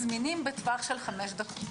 זמינים בטווח של 5 דקות.